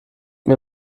mir